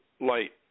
light